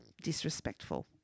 disrespectful